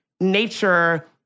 nature